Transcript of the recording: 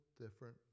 different